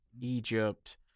Egypt